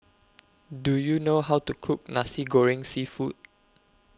Do YOU know How to Cook Nasi Goreng Seafood